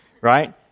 Right